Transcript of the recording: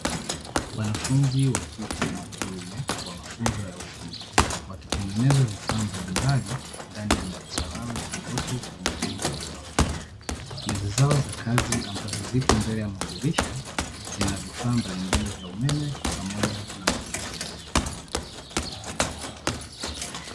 Wanafunzi wakike na wakiume wa mafunzo ya ufundi, wakitengeneza vifaa mbalimbali ndani ya darasa lao lililopo kwenye jengo la gorofa, meza zao za kazi ambazo zipo mbele ya madirisha, zina vifaa mbalimbali vya umeme pamoja na mabegi yao,